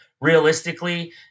Realistically